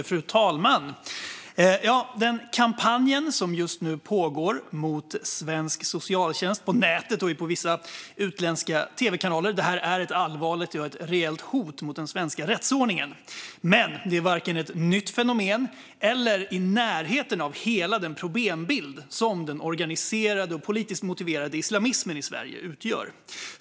Fru talman! Den kampanj som pågår mot svensk socialtjänst på nätet och i vissa utländska tv-kanaler är ett allvarligt och reellt hot mot den svenska rättsordningen. Men det är varken ett nytt fenomen eller i närheten av hela den problembild som den organiserade och politiskt motiverade islamismen i Sverige utgör.